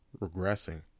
regressing